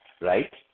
right